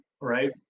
right